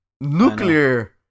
nuclear